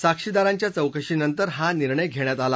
साक्षीदारांच्या चौकशीनंतर हा निर्णय घेण्यात आला